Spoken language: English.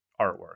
artwork